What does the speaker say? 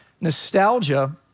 nostalgia